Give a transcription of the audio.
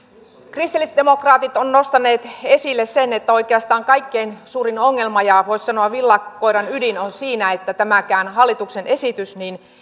kristillisdemokraatit ovat nostaneet esille sen että oikeastaan kaikkein suurin ongelma ja voisi sanoa villakoiran ydin on siinä että tämäkään hallituksen esitys